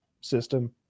system